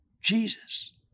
Jesus